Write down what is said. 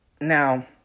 Now